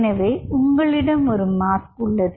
எனவே உங்களிடம் ஒரு மாஸ்க் உள்ளது